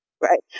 Right